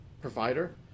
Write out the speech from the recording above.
provider